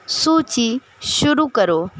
सूची शुरू करो